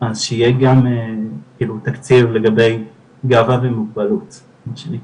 אז שיהיה גם כאילו תקציב לגבי גאווה ומוגבלות מה שנקרא.